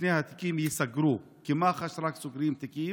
ששני התיקים ייסגרו, כי מח"ש רק סוגרים תיקים.